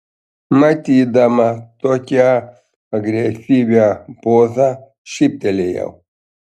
matydama tokią agresyvią pozą šyptelėjau